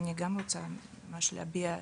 אני גם רוצה ממש להביע אמפתיה.